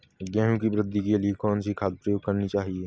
गेहूँ की वृद्धि के लिए कौनसी खाद प्रयोग करनी चाहिए?